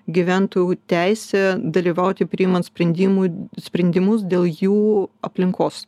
gyventojų teisė dalyvauti priimant sprendimų sprendimus dėl jų aplinkos